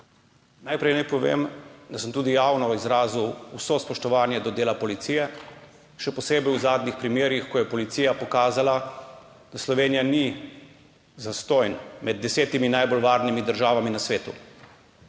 Najprej naj povem, da sem tudi javno izrazil vso spoštovanje do dela policije, še posebej v zadnjih primerih, ko je policija pokazala, da Slovenija ni zastonj med desetimi najbolj varnimi državami na svetu.